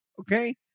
okay